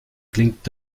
klingt